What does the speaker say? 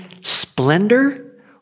splendor